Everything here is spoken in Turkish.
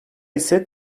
ise